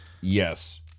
Yes